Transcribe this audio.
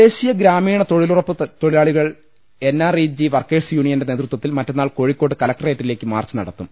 ദേശീയ ഗ്രാമീണ തൊഴിലുറപ്പ് തൊഴിലാളികൽ N R E G workers യൂണിയന്റെ നേതൃത്വത്തിൽ മറ്റന്നാൾ കോഴി ക്കോട് കലക്ട്രേറ്റിലേക്ക് മാർച്ച് നടത്തും